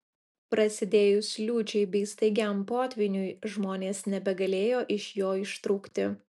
prasidėjus liūčiai bei staigiam potvyniui žmonės nebegalėjo iš jo ištrūkti